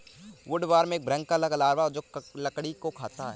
woodworm एक भृंग का लार्वा है जो की लकड़ी को खाता है